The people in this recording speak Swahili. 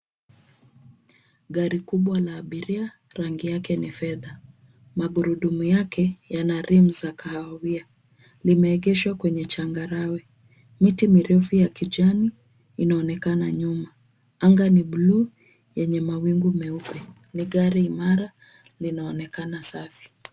Gari kubwa la abiria rangi yake ni fedha, magurudumu yake yana [rim] za kahawia limeegeshwa kwenye chagarawe. Miti mirefu ya kijani ianonekana nyuma. Anga ni [blue] yenye mawigu meupe ni gari imara inaonekana safi.